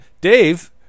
Dave